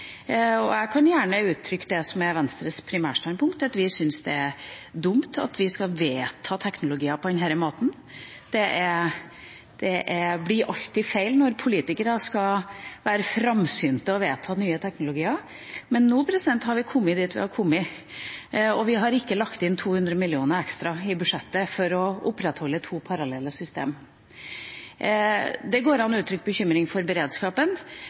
nøye. Jeg kan gjerne uttrykke det som er Venstres primærstandpunkt, at vi syns det er dumt at vi skal vedta teknologier på denne måten. Det blir alltid feil når politikere skal være framsynte og vedta nye teknologier. Men nå har vi kommet dit vi har kommet, og vi har ikke lagt inn 200 mill. kr ekstra i budsjettet for å opprettholde to parallelle system. Det går an å uttrykke bekymring for beredskapen.